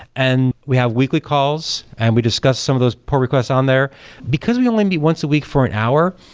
and we have weekly calls and we discuss some of those pull requests on there because we only meet once a week for an hour,